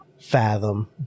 fathom